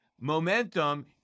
momentum